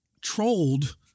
trolled